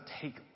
take